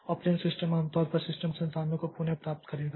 operating system आमतौर पर system संसाधनों को पुनः प्राप्त करेगा